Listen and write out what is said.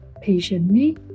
patiently